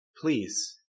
Please